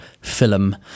film